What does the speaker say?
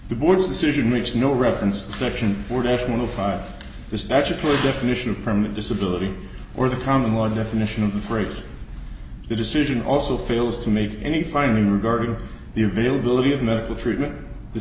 the board's decision makes no reference to section four days one of the statutory definition of permanent disability or the common law definition of the phrase the decision also fails to make any finally regarding the availability of medical treatment